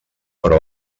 però